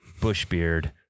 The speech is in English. Bushbeard